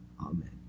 Amen